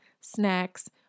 snacks